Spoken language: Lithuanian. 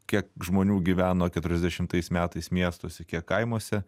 kiek žmonių gyveno keturiasdešimtais metais miestuose kiek kaimuose